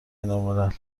الملل